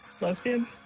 Lesbian